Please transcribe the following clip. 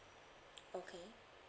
okay